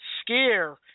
scare